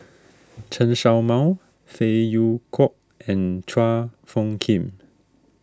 Chen Show Mao Phey Yew Kok and Chua Phung Kim